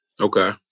Okay